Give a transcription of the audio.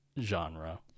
genre